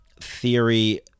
theory